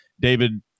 David